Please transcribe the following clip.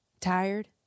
tired